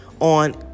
on